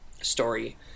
story